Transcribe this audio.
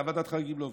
ועדת חריגים לא עובדת.